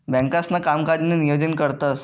बँकांसणा कामकाजनं नियोजन करतंस